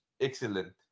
excellent